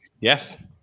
Yes